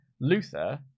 luther